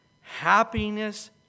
Happiness